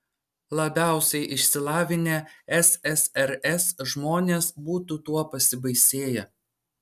labiausiai išsilavinę ssrs žmonės būtų tuo pasibaisėję